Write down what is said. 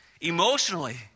Emotionally